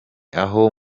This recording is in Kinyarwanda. aho